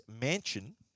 mansion